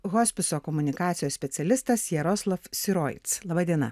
hospiso komunikacijos specialistas jaroslav siroic laba diena